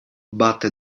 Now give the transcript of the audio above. batte